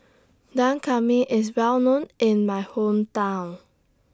Dak Come MI IS Well known in My Hometown